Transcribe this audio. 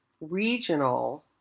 regional